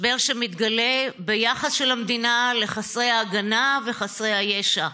משבר שמתגלה ביחס של המדינה לחסרי ההגנה וחסרי הישע.